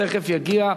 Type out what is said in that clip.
תיכף יגיע,